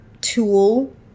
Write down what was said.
tool